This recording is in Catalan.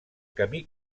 camí